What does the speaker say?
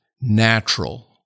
natural